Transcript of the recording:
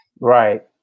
Right